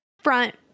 front